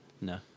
No